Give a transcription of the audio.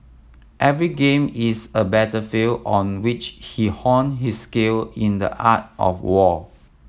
every game is a battlefield on which he hone his skill in the art of war